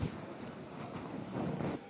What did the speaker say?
43